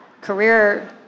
career